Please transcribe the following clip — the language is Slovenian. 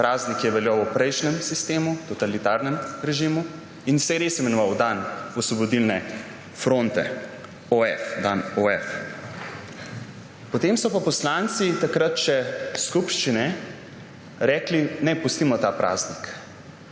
praznik, ki je veljal v prejšnjem sistemu, totalitarnem režimu in se je res imenoval dan Osvobodilne fronte, OF, dan OF. Potem so pa poslanci takrat še skupščine rekli, naj pustimo ta praznik.